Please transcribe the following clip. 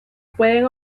pueden